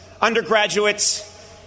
undergraduates